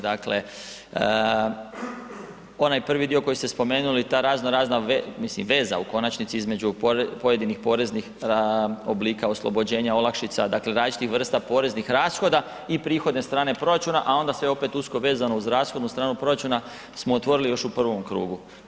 Daklem onaj prvi koji ste spomenuli, ta raznorazna mislim veza u konačnici između pojedinih poreznih oblika oslobođenja olakšica dakle različitih vrsta poreznih rashoda i prihodne strane proračuna a onda sve opet usko vezano uz rashodnu stranu proračuna smo otvorili još u prvom krugu.